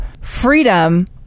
freedom